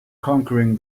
conquering